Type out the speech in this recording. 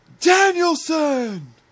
Danielson